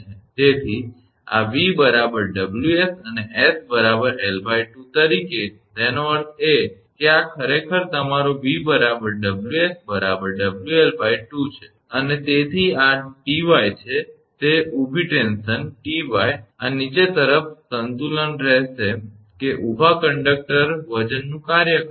તેથી આ 𝑉 𝑊𝑠 અને 𝑠 𝑙2 તરીકે તેનો અર્થ એ કે આ એક ખરેખર તમારો 𝑉 𝑊𝑠 𝑊𝑙2 છે અને તેથી આ 𝑇𝑦 છે તે ઊભી ટેન્શન 𝑇𝑦 આ નીચે તરફ સંતુલન રહેશે કે ઊભા કંડકટર વજનનું કાર્ય કરે છે